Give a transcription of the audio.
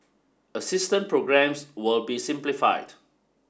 assistance programmes will be simplified